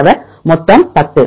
மாணவர் மொத்தம் 10